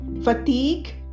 fatigue